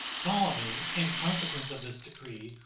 ptolemy, in consequence of this decree,